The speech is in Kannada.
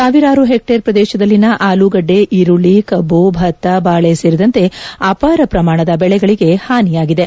ಸಾವಿರಾರು ಹೆಕ್ವೇರ್ ಪ್ರದೇಶದಲ್ಲಿನ ಆಲೂಗಡ್ಡೆ ಈರುಳ್ಳಿ ಕಬ್ಬು ಭತ್ತ ಬಾಳೆ ಸೇರಿದಂತೆ ಅಪಾರ ಪ್ರಮಾಣದ ಬೆಳೆಗಳಿಗೆ ಹಾನಿಯಾಗಿದೆ